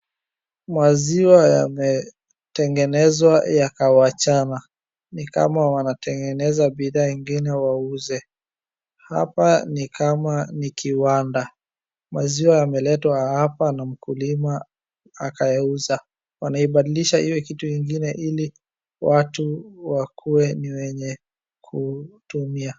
Maziwa yametengenezwa yakawachana. Ni kama wanatengeneza bidhaa ingine wauze. Hapa ni kama ni kiwanda, maziwa yameletwa hapa na mkulima akayauza. Wanaibadilisha iwe kitu ingine ili watu wakue ni wenye kutumia.